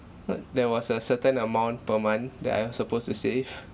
but there was a certain amount per month that I'm supposed to save